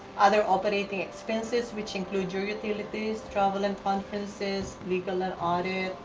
other operating expenses which include your utilities, travel and conferences, legal and audit,